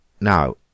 Now